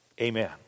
Amen